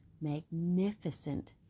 Magnificent